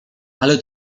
ale